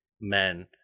men